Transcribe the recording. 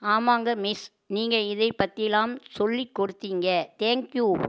ஆமாங்க மிஸ் நீங்கள் இதை பற்றிலாம் சொல்லிக் கொடுத்தீங்க தேங்க் யூ